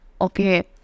Okay